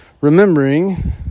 remembering